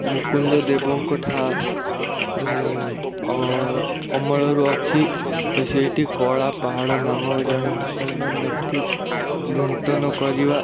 ମୁକୁନ୍ଦ ଦେବଙ୍କ ଅମଳରୁ ଅଛି ସେଇଠି କଳାପାହାଡ଼ ନାମକ ଜଣେ ମୁସଲମାନ ବ୍ୟକ୍ତି ଲୁଣ୍ଠନ କରିବା